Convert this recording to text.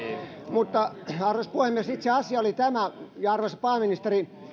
mutta arvoisa puhemies itse asia oli tämä ja arvoisa pääministeri